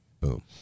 Boom